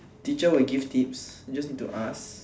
teacher will give tips you just need to ask